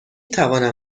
توانم